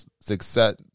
success